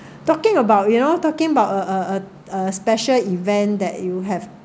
talking about you know talking about a a a special event that you have